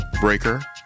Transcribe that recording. Breaker